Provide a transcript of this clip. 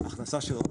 זה מהתעשיות.